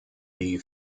die